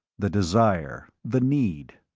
the desire, the need.